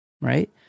Right